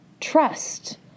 trust